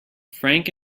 frank